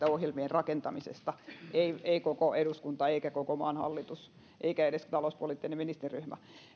ohjelmien rakentamisesta ei koko eduskunta eikä koko maan hallitus eikä edes talouspoliittinen ministeriryhmä